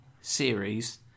series